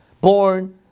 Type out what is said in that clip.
born